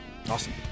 Awesome